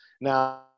Now